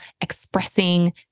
expressing